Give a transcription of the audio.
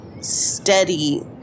Steady